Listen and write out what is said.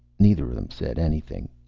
neither of them said anything.